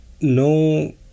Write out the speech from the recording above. no